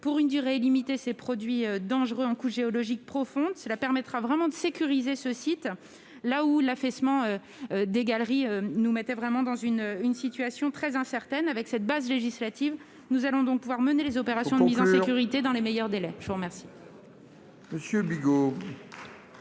pour une durée illimitée ces produits dangereux en couche géologique profonde. Cela permettra de sécuriser ce site, là où l'affaissement des galeries nous mettait dans une situation très incertaine. Avec cette base législative, nous allons donc pouvoir mener les opérations de mise en sécurité dans les meilleurs délais. La parole